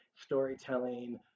storytelling